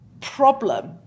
problem